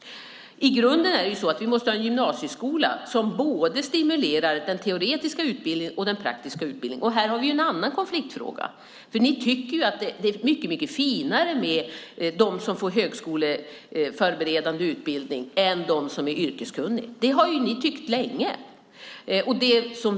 I grunden måste vi ha en gymnasieskola som stimulerar både den teoretiska utbildningen och den praktiska utbildningen. Här har vi en annan konfliktfråga eftersom ni tycker att de som får högskoleförberedande utbildning är mycket finare än de som är yrkeskunniga. Det har ni tyckt länge.